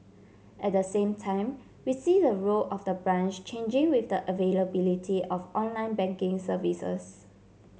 at the same time we see the role of the branch changing with the availability of online banking services